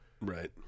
Right